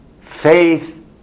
faith